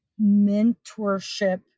mentorship